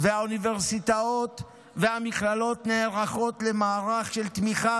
והאוניברסיטאות והמכללות נערכות למערך של תמיכה